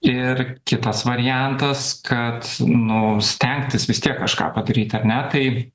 ir kitas variantas kad nu stengtis vis tiek kažką padaryt ar ne tai